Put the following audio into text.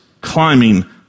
climbing